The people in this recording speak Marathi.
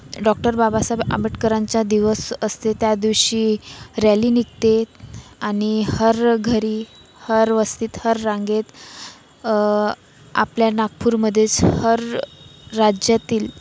डॉक्टर बाबासाहेब आंबेडकरांचा दिवस असतो त्या दिवशी रॅली निघते आणि हर घरी हर वस्तीत हर रांगेत आपल्या नागपूरमध्येच हर राज्यातील